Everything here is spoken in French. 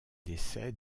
décès